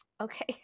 Okay